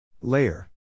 Layer